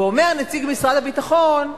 ואומר נציג משרד הביטחון: